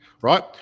Right